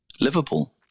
Liverpool